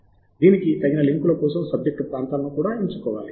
దీనికి తగిన లింకుల కోసం సబ్జెక్టు ప్రాంతాలను కూడా ఎంచుకోవాలి